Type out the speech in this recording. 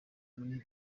muri